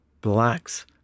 blacks